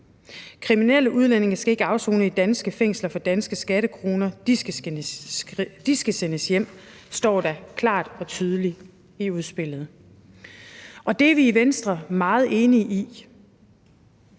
Kriminelle udlændinge skal ikke afsone i danske fængsler for danske skattekroner, de skal sendes hjem, står der klart og tydeligt i udspillet, og det er vi i Venstre meget enige i.